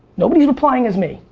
nobody is replying as me.